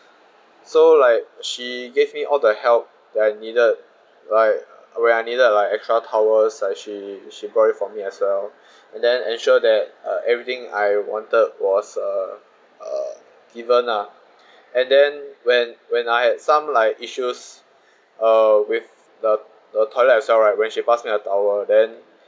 so like she gave me all the help I needed like when I needed like extra towel like she she brought it for me as well and then ensure that uh everything I wanted was uh uh given lah and then when when I had some like issues uh with the the toilet as well right when she pass me a towel then